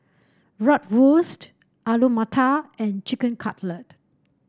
Bratwurst Alu Matar and Chicken Cutlet